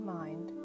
mind